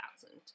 thousand